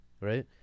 Right